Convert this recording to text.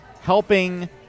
helping